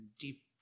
deep